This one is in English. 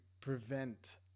prevent